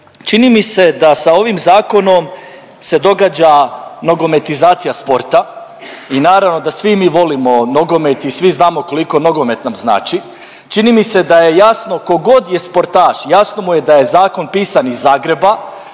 čini mi se da sa ovim zakonom se događa nogometizacija sporta i naravno da svi mi volimo nogomet i svi znamo koliko nogomet nam znači, čini mi se da je jasno kogod je sportaš jasno mu je da je zakon pisan iz Zagreba,